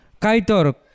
Kaitor